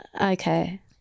Okay